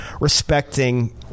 respecting